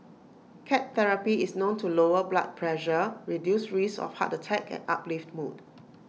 cat therapy is known to lower blood pressure reduce risks of heart attack and uplift mood